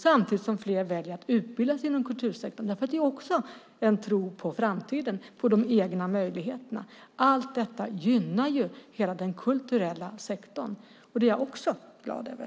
Samtidigt väljer fler att utbilda sig inom kultursektorn. Det är också en tro på framtiden, på de egna möjligheterna. Allt detta gynnar hela den kulturella sektorn. Det är jag också glad över.